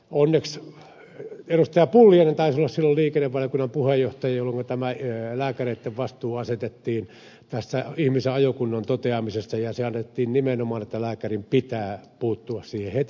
pulliainen taisi olla silloin liikennevaliokunnan puheenjohtaja jolloinka tämä lääkäreiden vastuu asetettiin tässä ihmisen ajokunnon toteamisessa ja se asetettiin nimenomaan että lääkärin pitää puuttua siihen heti